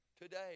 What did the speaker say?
today